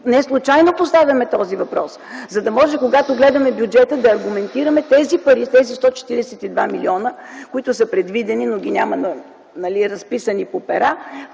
неслучайно поставяме този въпрос, за да можем, когато гледаме бюджета, да аргументираме тези пари, тези 142 милиона, които са предвидени, но ги няма разписани по пера,